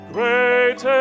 Great